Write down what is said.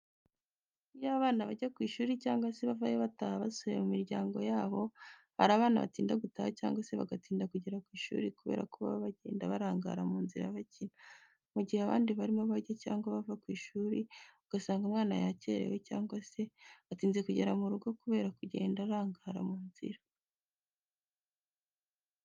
Iyo abana bajya ku ishuri cyangwa se bavayo bataha basubiye mu miryango yabo hari abana batinda gutaha cyangwa se bagatinda kugera ku ishuri kubera ko baba bagenda barangara mu nzira bakina, mu gihe abandi barimo bajya cyangwa bava ku ishuri, ugasanga umwana yakererewe cyangwa se atinze kugera mu rugo kubera kugenda arangara mu nzira.